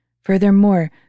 Furthermore